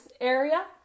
area